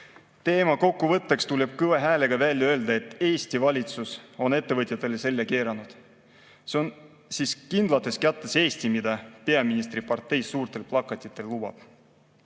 Teema kokkuvõtteks tuleb kõva häälega välja öelda, et Eesti valitsus on ettevõtjatele selja keeranud. See on siis kindlates kätes Eesti, mida peaministri partei suurtel plakatitel lubab!